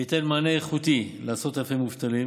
וייתן מענה איכותי לעשרות אלפי מובטלים